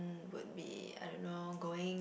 would be I don't know going